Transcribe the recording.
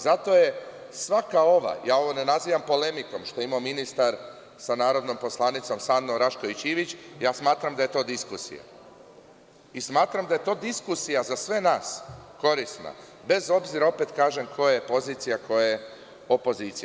Zato je svaka ova, ja ovo ne nazivam polemikom što je imao ministar sa narodnom poslanicom Sandom Rašković Ivić, ja smatram da je to diskusija i smatram da je ta diskusija za sve nas korisna, bez obzira, opet kažem, ko je pozicija a ko je opozicija.